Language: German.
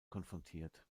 konfrontiert